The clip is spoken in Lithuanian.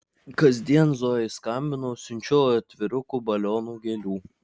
kasdien zojai skambinu siunčiu atvirukų balionų gėlių